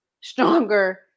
stronger